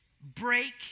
break